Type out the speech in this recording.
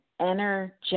energetic